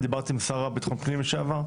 אני דיברתי עם שר ביטחון הפנים לשעבר,